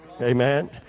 Amen